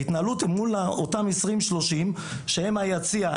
ההתנהלות זה מול אותם עשרים שלושים שהם היציע,